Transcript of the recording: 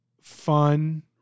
fun